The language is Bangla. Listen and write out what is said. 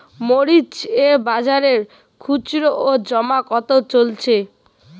মরিচ এর বাজার খুচরো ও জমা কত চলছে?